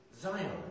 Zion